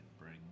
bring